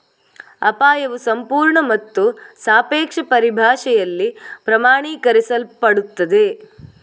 ಅಪಾಯವು ಸಂಪೂರ್ಣ ಮತ್ತು ಸಾಪೇಕ್ಷ ಪರಿಭಾಷೆಯಲ್ಲಿ ಪ್ರಮಾಣೀಕರಿಸಲ್ಪಡುತ್ತದೆ